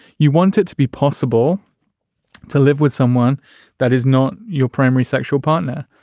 you want it to be possible to live with someone that is not your primary sexual partner.